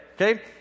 okay